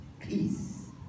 Peace